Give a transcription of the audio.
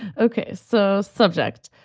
okay. so subject.